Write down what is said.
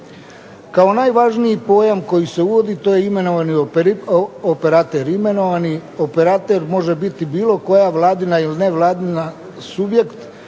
Kao najvažniji pojam koji se uvodi to je imenovani operater. Imenovani operater može biti bilo koja vladina ili nevladin subjekt